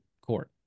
court